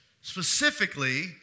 specifically